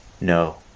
No